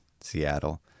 seattle